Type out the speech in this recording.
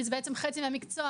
כי זה בעצם חצי מהמקצוע.